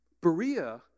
Berea